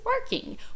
working